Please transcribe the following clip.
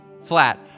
flat